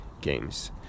Games